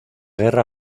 guerra